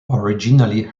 originally